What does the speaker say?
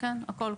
הכול,